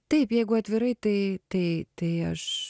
taip jeigu atvirai tai tai tai aš